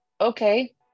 Okay